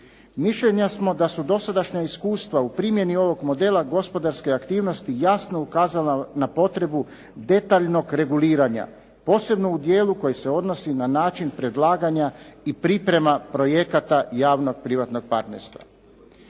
Mišljenja smo da su dosadašnja iskustva u primjeni ovog modela gospodarske aktivnosti jasno ukazala na potrebu detaljnog reguliranja, posebno u dijelu koji se odnosi na način predlaganja i priprema projekata javnog privatnog partnerstva.